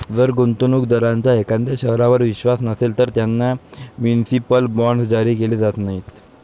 जर गुंतवणूक दारांचा एखाद्या शहरावर विश्वास नसेल, तर त्यांना म्युनिसिपल बॉण्ड्स जारी केले जात नाहीत